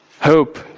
hope